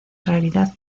realidad